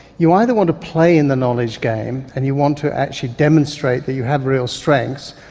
you either want to play in the knowledge game and you want to actually demonstrate that you have real strengths,